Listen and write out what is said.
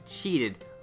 cheated